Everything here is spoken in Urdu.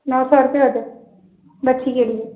نو سو روپئے ہوتے بچی کے لیے